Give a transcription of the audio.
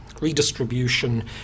redistribution